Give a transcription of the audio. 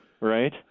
right